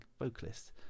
vocalist